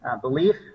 belief